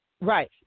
Right